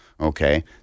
Okay